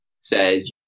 says